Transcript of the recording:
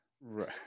right